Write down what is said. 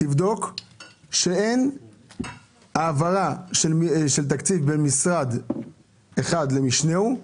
תבדוק שאין העברה של תקציב בין משרד אחד למשנהו,